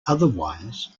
otherwise